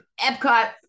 Epcot